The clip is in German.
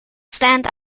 stand